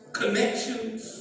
connections